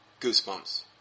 Goosebumps